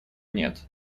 нет